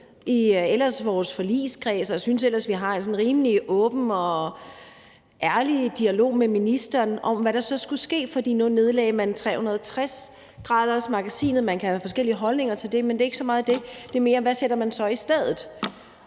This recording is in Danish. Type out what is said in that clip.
i vores forligskreds, og jeg synes ellers, vi har sådan en rimelig åben og ærlig dialog med ministeren om, hvad der så skulle ske, efter at man nedlagde Magasinet 360º. Man kan have forskellige holdninger til det, men det er ikke så meget det. Det er mere, hvad man så sætter i stedet.